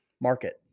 Market